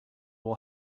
will